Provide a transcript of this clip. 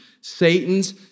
Satan's